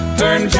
turn